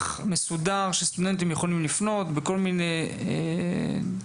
מסודר שסטודנטים יכולים לפנות בכל מיני דברים.